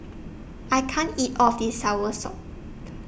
I can't eat All of This Soursop